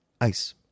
Ice